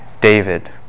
David